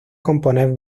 componer